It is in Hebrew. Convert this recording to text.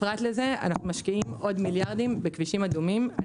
פרט לזה אנחנו משקיעים עוד מיליארדים בכבישים אדומים.